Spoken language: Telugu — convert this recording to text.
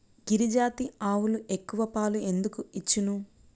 గిరిజాతి ఆవులు ఎక్కువ పాలు ఎందుకు ఇచ్చును?